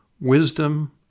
wisdom